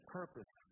purpose